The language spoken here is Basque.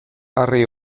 harri